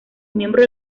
miembro